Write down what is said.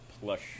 plush